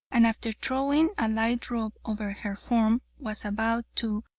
and after throwing a light robe over her form was about to,